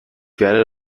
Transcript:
werde